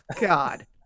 god